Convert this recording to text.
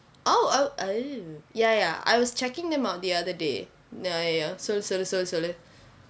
oh oh oh ya ya I was checking them out the other day சொல்லு சொல்லு சொல்லு சொல்லு:sollu sollu sollu sollu